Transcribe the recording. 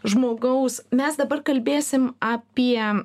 žmogaus mes dabar kalbėsim apie